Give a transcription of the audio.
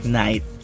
night